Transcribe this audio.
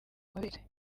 amabere